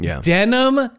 denim